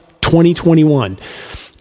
2021